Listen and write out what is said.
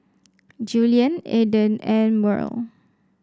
Julian Aedan and Murl